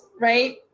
Right